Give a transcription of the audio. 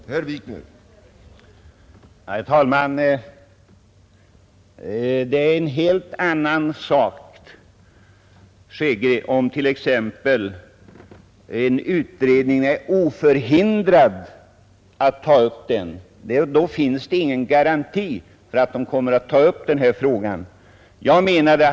Herr talman! Det är en helt annan sak, herr Hansson i Skegrie, att t.ex. en utredning är oförhindrad att ta upp en fråga. Det innebär ingen garanti för att den gör det.